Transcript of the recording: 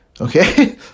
okay